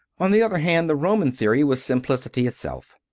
on the other hand, the roman theory was simplicity itself.